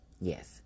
Yes